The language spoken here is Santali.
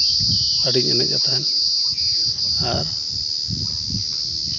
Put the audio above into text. ᱟᱹᱰᱤᱧ ᱮᱱᱮᱡᱟᱜ ᱛᱟᱦᱮᱱ ᱟᱨ